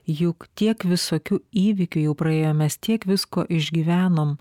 juk tiek visokių įvykių jau praėjo mes tiek visko išgyvenom